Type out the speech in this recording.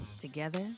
Together